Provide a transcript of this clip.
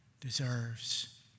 deserves